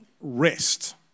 rest